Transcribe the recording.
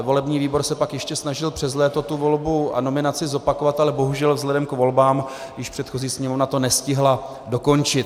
Volební výbor se pak ještě snažil přes léto tu volbu a nominaci zopakovat, ale bohužel vzhledem k volbám to již předchozí Sněmovna nestihla dokončit.